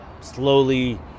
Slowly